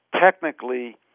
technically